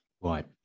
Right